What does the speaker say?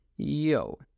Yo